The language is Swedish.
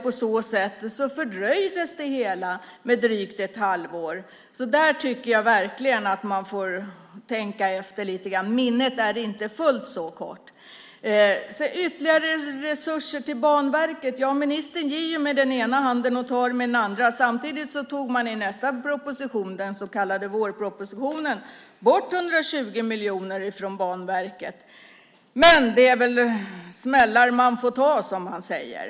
På så sätt fördröjdes det hela med drygt ett halvår. Där får man verkligen tänka efter. Minnet är inte fullt så kort. Sedan var det frågan om ytterligare resurser till Banverket. Ministern ger med den ena handen och tar med andra. Samtidigt tog man i vårpropositionen bort 120 miljoner från Banverket. Det är väl smällar man får ta, som man säger.